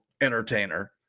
entertainer